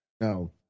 No